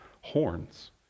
horns